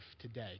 today